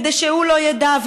כדי שהוא לא ידע.